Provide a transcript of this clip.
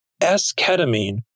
S-ketamine